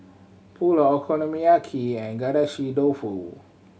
Pulao Okonomiyaki and Agedashi Dofu